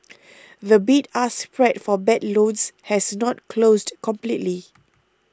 the bid ask spread for bad loans has not closed completely